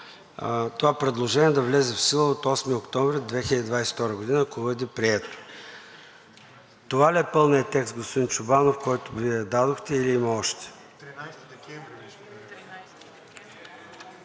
Това предложение да влезе в сила от 8 октомври 2022 г., ако бъде прието. Това ли е пълният текст, господин Чобанов, който Вие дадохте, или има още?